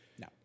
No